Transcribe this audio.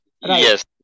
Yes